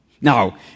Now